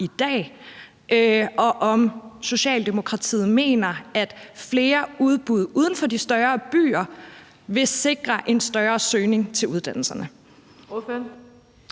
i dag, og om Socialdemokratiet mener, at flere udbud uden for de større byer vil sikre en større søgning til uddannelserne.